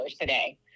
today